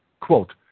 Quote